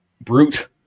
Brute